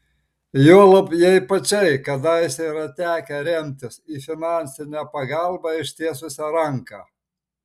juolab jai pačiai kadaise yra tekę remtis į finansinę pagalbą ištiesusią ranką